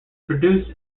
produce